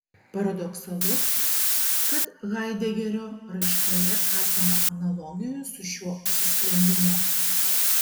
paradoksalu kad haidegerio raiškoje esama analogijų su šiuo užsisklendimu